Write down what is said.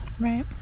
Right